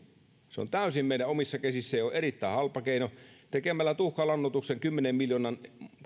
se on täysin meidän omissa käsissä ja on erittäin halpa keino tekemällä tuhkalannoituksen kymmenen miljoonan